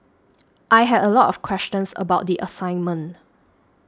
I had a lot of questions about the assignment